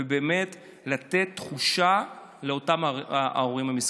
ובאמת לתת תחושה לאותם ההורים המסכנים.